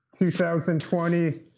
2020